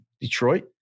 Detroit